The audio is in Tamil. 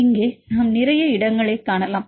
இங்கே நாம் நிறைய இடங்களைக் காணலாம்